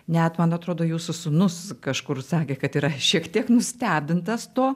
net man atrodo jūsų sūnus kažkur sakė kad yra šiek tiek nustebintas to